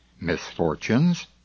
misfortunes